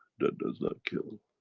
that does not kill,